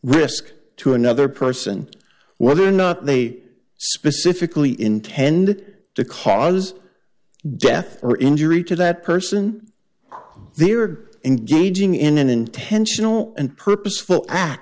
risk to another person whether or not they specifically intended to cause death or injury to that person who they are engaging in an intentional and purposeful act